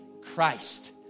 Christ